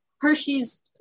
Hershey's